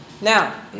Now